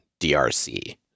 drc